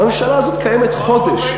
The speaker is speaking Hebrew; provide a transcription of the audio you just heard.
הממשלה הזאת קיימת חודש.